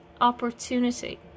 opportunity